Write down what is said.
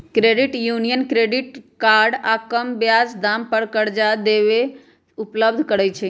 credit union credit card आऽ कम ब्याज दाम पर करजा देहो उपलब्ध करबइ छइ